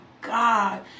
God